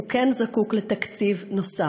הוא כן זקוק לתקציב נוסף,